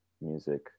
music